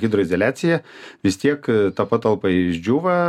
hidroizoliaciją vis tiek ta patalpa išdžiūva